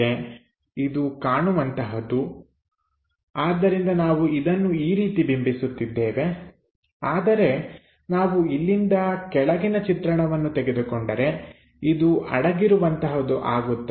ಇದು ಕಾಣುವಂತಹುದು ಆದ್ದರಿಂದ ನಾವು ಇದನ್ನು ಈ ರೀತಿ ಬಿಂಬಿಸುತ್ತಿದ್ದೇವೆ ಆದರೆ ನಾವು ಇಲ್ಲಿಂದ ಕೆಳಗಿನ ಚಿತ್ರಣವನ್ನು ತೆಗೆದುಕೊಂಡರೆ ಇದು ಅಡಗಿರುವಂತಹುದು ಆಗುತ್ತದೆ